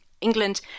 England